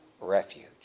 refuge